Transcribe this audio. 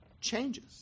changes